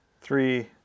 three